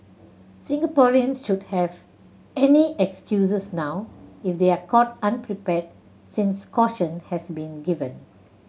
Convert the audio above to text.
Singaporeans should not have any excuses now if they are caught unprepared since caution has been given